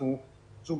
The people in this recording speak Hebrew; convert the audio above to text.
שוב,